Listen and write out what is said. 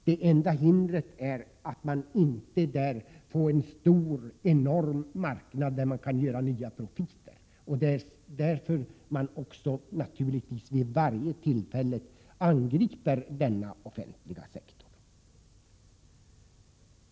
Det enda hindret är att man inte där får en enorm marknad på vilken man kan göra nya profiter. Därför angriper man, naturligtvis, vid varje tillfälle den offentliga sektorn.